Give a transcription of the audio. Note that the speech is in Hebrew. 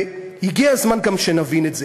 והגיע הזמן גם שנבין את זה.